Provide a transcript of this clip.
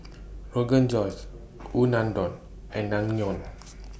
Rogan Josh Unadon and Naengmyeon